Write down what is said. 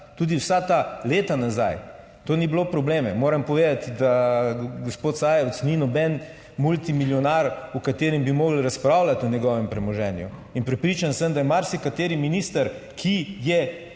tudi vsa ta leta nazaj, to ni bilo problema. Moram povedati, da gospod Sajovic ni noben multimilijonar, v katerem bi morali razpravljati o njegovem premoženju, in prepričan sem, da je marsikateri minister, ki je